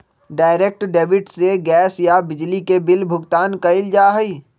direct debit से gas या बिजली के बिल भुगतान कइल जा हई